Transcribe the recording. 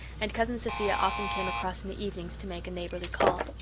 and cousin sophia often came across in the evenings to make a neighbourly call.